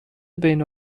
بین